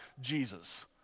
Jesus